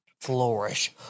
flourish